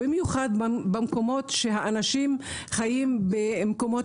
במיוחד במקומות שהאנשים חיים במקומות